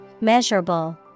Measurable